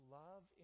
love